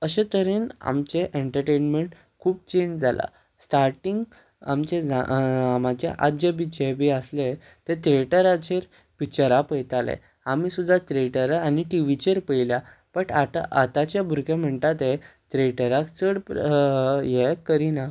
अशे तरेन आमचे एंटरटेनमेंट खूब चेंज जाला स्टार्टींग आमचे आमचे आजे बी जे बी आसले ते थिएटराचेर पिच्चरा पळयताले आमी सुद्दां थिएटरा आनी टिवीचेर पळयल्या बट आतां आतांचे भुरगे म्हणटा ते थिएटराक चड हे करिना